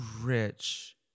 rich